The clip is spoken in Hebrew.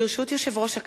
ברשות יושב-ראש הכנסת,